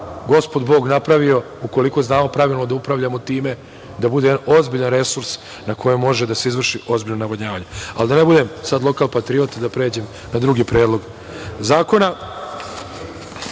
gospod bog napravio i ukoliko znamo pravilno da upravljamo time da bude ozbiljan resurs na koji može da se izvrši ozbiljno navodnjavanje. Da ne budem sada lokal patriota da pređem na drugi Predlog zakona.